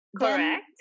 Correct